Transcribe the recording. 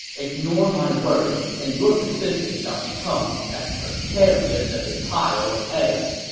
ignore my words, and your position shall become as precarious as a pile of eggs.